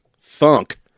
thunk